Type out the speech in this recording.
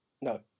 No